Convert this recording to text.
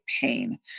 pain